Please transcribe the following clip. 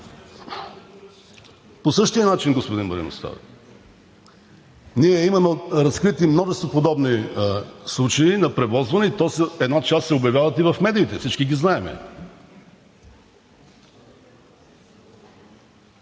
По същия начин става, господин Маринов. Ние имаме разкрити множество подобни случаи на превозване и една част се обявяват в медиите, всички ги знаем.